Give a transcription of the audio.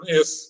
Yes